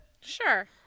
Sure